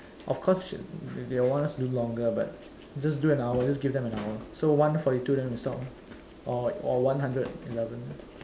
of course she~ they'll they'll want us to do longer but just do an hour just give them an hour so one forty two then we stop lah or or one hundred eleven